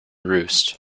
roost